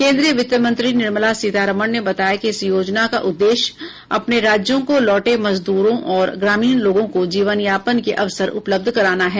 केन्द्रीय वित्त मंत्री निर्मला सीतारमन ने बताया कि इस योजना का उद्देश्य अपने राज्यों को लौटे मजदूरों और ग्रामीण लोगों को जीवनयापन के अवसर उपलब्ध कराना है